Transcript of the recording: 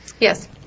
Yes